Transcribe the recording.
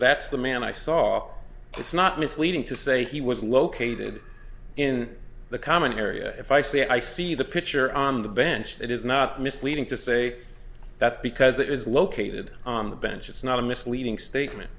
that's the man i saw it's not misleading to say he was located in the common area if i see i see the picture on the bench that is not misleading to say that because it is located on the bench it's not a misleading statement